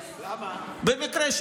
במקרה,